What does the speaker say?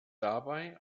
dabei